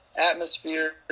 atmosphere